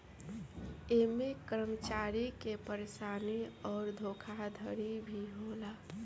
ऐमे कर्मचारी के परेशानी अउर धोखाधड़ी भी होला